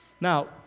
Now